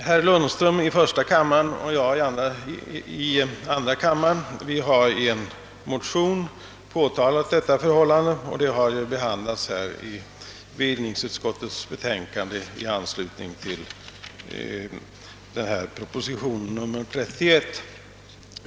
Herr Lundström i första kammaren och jag har i en motion påtalat detta missförhållande, och frågan har behandlats i bevillningsutskottets betänkande i anslutning till proposition nr 31.